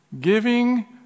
Giving